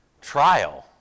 trial